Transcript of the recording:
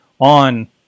on